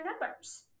numbers